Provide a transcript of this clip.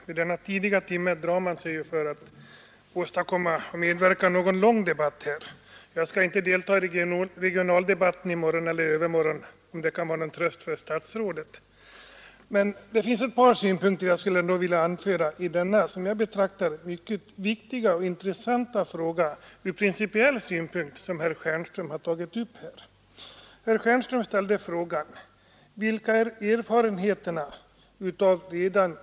Vilka är erfarenheterna av redan.